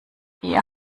ihr